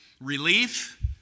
Relief